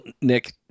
Nick